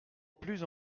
plus